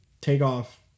takeoff